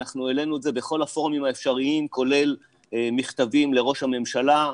אנחנו העלינו את זה בכל הפורומים האפשריים כולל מכתבים לראש הממשלה,